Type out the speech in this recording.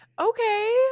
Okay